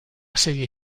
serie